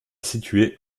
située